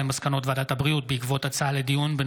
על מסקנות ועדת הבריאות בעקבות דיון בהצעתם